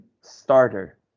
starter